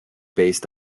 based